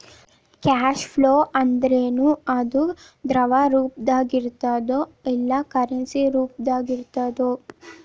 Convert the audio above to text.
Cash flow ಅಂದ್ರೇನು? ಅದು ದ್ರವ ರೂಪ್ದಾಗಿರ್ತದೊ ಇಲ್ಲಾ ಕರೆನ್ಸಿ ರೂಪ್ದಾಗಿರ್ತದೊ?